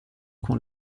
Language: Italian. con